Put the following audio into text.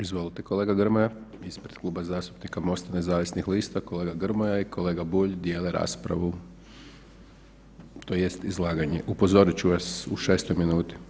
Izvolite kolega Grmoja ispred Kluba zastupnika MOST-a nezavisnih lista kolega Grmoja i kolega Bulj dijele raspravu tj. izlaganje, upozorit ću vas u šestoj minuti.